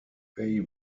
they